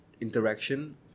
interaction